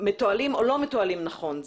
מתועלים או לא מתועלים נכון.